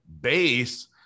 base